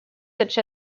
such